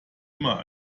immer